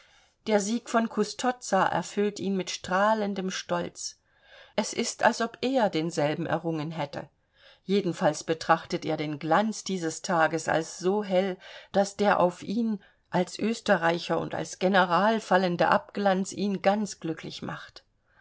der sieg von custozza erfüllt ihn mit strahlendem stolz es ist als ob er denselben errungen hätte jedenfalls betrachtet er den glanz dieses tages als so hell daß der auf ihn als österreicher und als general fallende abglanz ihn ganz glücklich macht